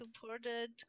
supported